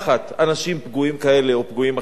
אנשים פגועים כאלה או פגועים אחרים.